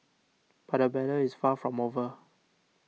but the battle is far from over